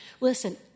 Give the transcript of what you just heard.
Listen